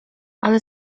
ale